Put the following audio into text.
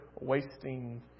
wasting